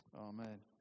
Amen